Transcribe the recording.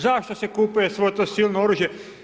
Zašto se kupuje svo to silno oružje?